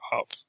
up